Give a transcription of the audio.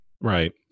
Right